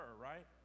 right